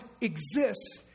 exists